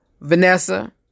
Vanessa